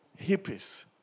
hippies